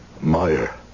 Meyer